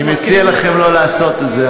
אני מציע לכם לא לעשות את זה,